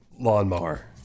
lawnmower